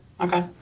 Okay